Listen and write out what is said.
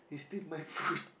he steal my food